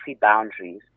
boundaries